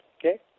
okay